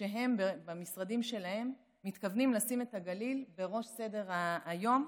שהם במשרדים שלהם מתכוונים לשים את הגליל בראש סדר-היום,